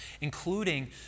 including